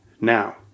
now